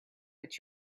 but